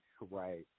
Right